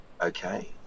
okay